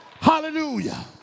Hallelujah